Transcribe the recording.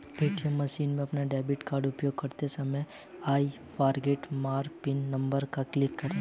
ATM machine में अपना debit card उपयोग करते समय I forget my PIN number पर क्लिक करें